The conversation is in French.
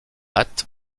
hâte